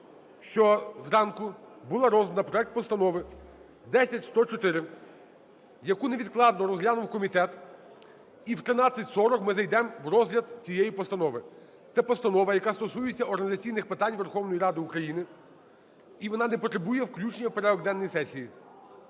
що зранку було роздано проект Постанови 10104, яку невідкладно розглянув комітет, і о 13:40 ми зайдемо в розгляд цієї постанови. Це постанова, яка стосується організаційних питань Верховної Ради України, і вона не потребує включення в порядок денний сесії.